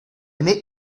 make